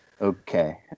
Okay